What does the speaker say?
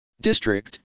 District